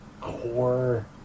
core